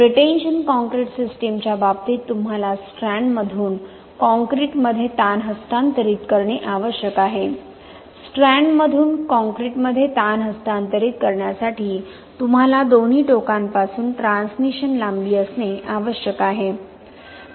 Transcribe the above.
pretension concrete सिस्टीमच्या बाबतीत तुम्हाला स्ट्रँडमधून कॉंक्रिटमध्ये ताण हस्तांतरित करणे आवश्यक आहे स्ट्रँडमधून कॉंक्रिटमध्ये ताण हस्तांतरित करण्यासाठी तुम्हाला दोन्ही टोकांपासून ट्रान्समिशन लांबी असणे आवश्यक आहे